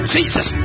Jesus